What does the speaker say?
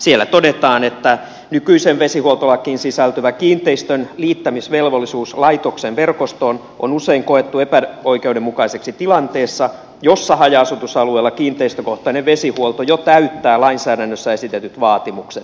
tästä todetaan että nykyiseen vesihuoltolakiin sisältyvä kiinteistön liittämisvelvollisuus laitoksen verkostoon on usein koettu epäoikeudenmukaiseksi tilanteessa jossa haja asutusalueella kiinteistökohtainen vesihuolto jo täyttää lainsäädännössä esitetyt vaatimukset